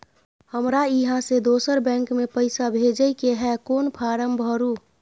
हमरा इहाँ से दोसर बैंक में पैसा भेजय के है, कोन फारम भरू?